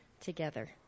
together